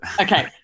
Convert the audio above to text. Okay